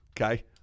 Okay